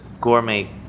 gourmet